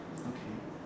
okay